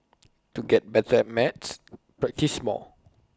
to get better at maths practise more